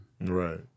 Right